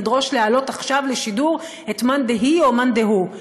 לדרוש להעלות עכשיו לשידור את מאן דהיא או מאן דהוא,